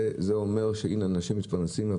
זה אומר שאנשים מתפרנסים,